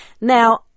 Now